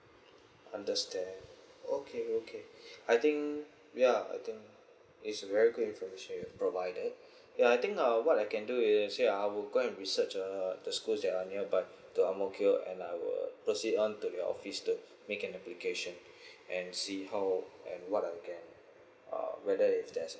understand okay okay I think ya I think it is very information you've provided ya I think uh what I can do is you see ah I will go and research uh the schools that are nearby to ang mo kio and I will proceed on to the office to make an application and see how and what I can uh whether if there's